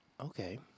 Okay